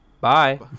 bye